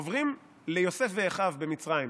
עוברים ליוסף ואחיו במצרים.